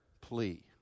plea